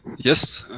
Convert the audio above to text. yes.